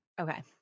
Okay